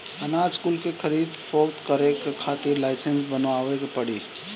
अनाज कुल के खरीद फोक्त करे के खातिर लाइसेंस बनवावे के पड़ी